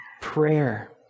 prayer